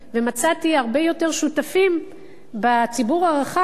ומצאתי הרבה יותר שותפים בציבור הרחב,